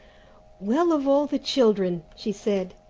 well! of all the children! she said,